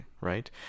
right